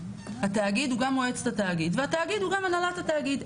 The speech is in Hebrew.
התאגיד הוא גם מועצת התאגיד והתאגיד הוא גם הנהלת התאגיד.